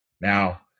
Now